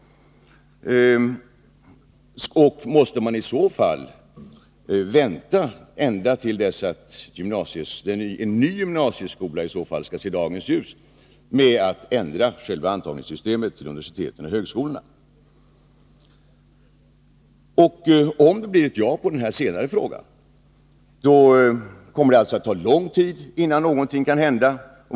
Måste man i så fall vänta ända till dess att en ny gymnasieskola har sett dagens ljus med att ändra själva antagningssystemet till universiteten och högskolorna? Om det blir ett ja på denna senare fråga, kommer det alltså att ta lång tid innan någonting kan hända.